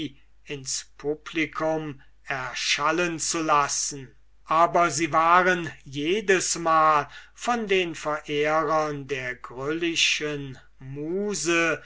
ins publicum erschallen zu lassen aber sie waren jedesmal von den verehrern der gryllischen muse